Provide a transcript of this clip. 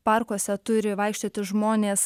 parkuose turi vaikščioti žmonės